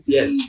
Yes